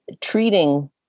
treating